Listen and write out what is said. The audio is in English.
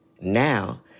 Now